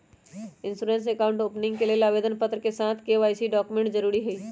insurance account opening के लेल आवेदन पत्र के साथ के.वाई.सी डॉक्यूमेंट जरुरी हइ